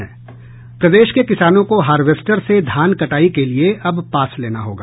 प्रदेश के किसानों को हार्वेस्टर से धान कटाई के लिए अब पास लेना होगा